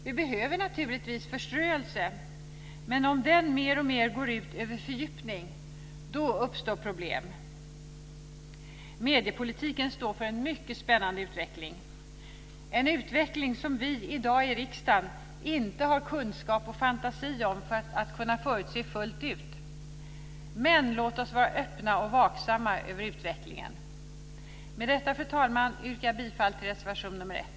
Vi behöver naturligtvis förströelse, men om den mer och mer går ut över fördjupning uppstår problem. Mediepolitiken står inför en mycket spännande utveckling. Det är en utveckling som vi i dag i riksdagen inte har kunskap och fantasi för att fullt ut kunna förutse. Men låt oss vara öppna för och vaksamma över utvecklingen. Med detta, fru talman, yrkar jag bifall till reservation nr 1.